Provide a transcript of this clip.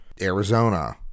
Arizona